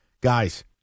Guys